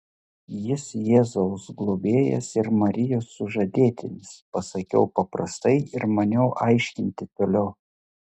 jis jėzaus globėjas ir marijos sužadėtinis pasakiau paprastai ir maniau aiškinti toliau